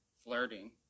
flirting